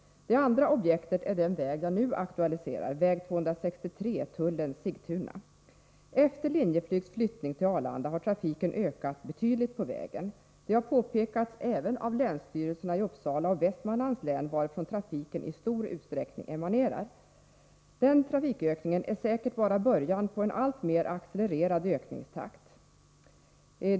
Det andra objektet är den väg jag nu aktualiserar — väg 263 Tullen-Sigtuna. Efter Linjeflygs flyttning till Arlanda har trafiken ökat betydligt på vägen. Detta har påpekats även av länsstyrelserna i Uppsala och Västmanlands län, varifrån trafiken i stor utsträckning emanerar. Denna trafikökning är säkerligen bara början på en alltmer accelererad ökningstakt.